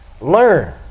learn